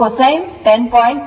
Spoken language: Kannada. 3 os